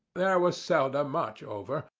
there was seldom much over,